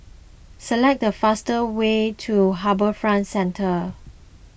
select the fastest way to HarbourFront Centre